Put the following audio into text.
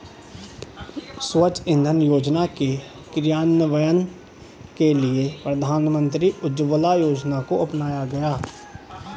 स्वच्छ इंधन योजना के क्रियान्वयन के लिए प्रधानमंत्री उज्ज्वला योजना को अपनाया गया